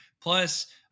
Plus